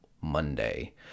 Monday